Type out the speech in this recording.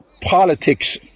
politics